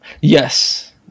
yes